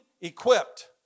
equipped